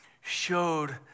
showed